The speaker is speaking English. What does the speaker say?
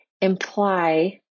Imply